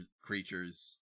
creatures